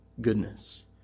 goodness